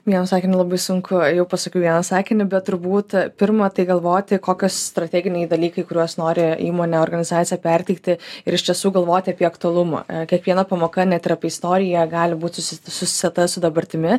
vienu sakiniu labai sunku jau pasakiau vieną sakinį bet turbūt pirma tai galvoti kokios strateginiai dalykai kuriuos nori įmonė organizacija perteikti ir iš tiesų galvoti apie aktualumą kiekviena pamoka net ir apie istoriją gali būti susieta su dabartimi